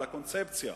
על הקונספציה